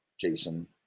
jason